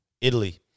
Italy